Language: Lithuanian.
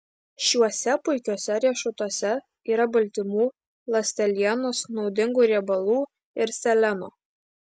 šiuose puikiuose riešutuose yra baltymų ląstelienos naudingų riebalų ir seleno